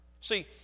See